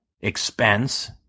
expense